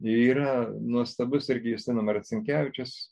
yra nuostabus irgi justino marcinkevičiaus